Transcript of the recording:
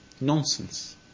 Nonsense